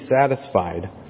satisfied